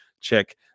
check